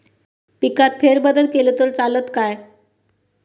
पिकात फेरबदल केलो तर चालत काय?